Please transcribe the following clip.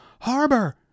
Harbor